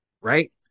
Right